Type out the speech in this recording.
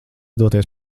doties